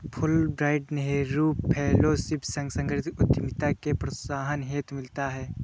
Fulbright Nehru fellowship सांस्कृतिक उद्यमिता के प्रोत्साहन हेतु मिलता है